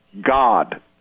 god